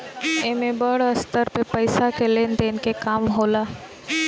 एमे बड़ स्तर पे पईसा के लेन देन के काम होखेला